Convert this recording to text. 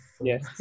Yes